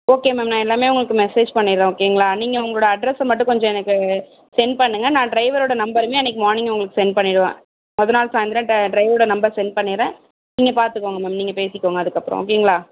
okay ma'am நான் எல்லாமே உங்களுக்கு மெசேஜ் பண்ணிடுறேன் ஓகேங்களா நீங்கள் உங்களோட அட்ரஸை மட்டும் கொஞ்சம் எனக்கு சென்ட் பண்ணுங்க நான் டிரைவரோட நம்பருமே அன்னிக்கி மார்னிங் நான் உங்களுக்கு சென்ட் பண்ணிவிடுவேன் மொதல் நாள் சாய்ந்திரம் ட டிரைவரோட நம்பர் சென்ட் பண்ணிடுறேன் நீங்கள் பார்த்துக்கோங்க மேம் நீங்கள் பேசிக்கோங்க அதுக்கப்புறம் ஓகேங்களா